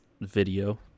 video